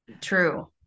true